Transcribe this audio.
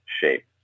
shape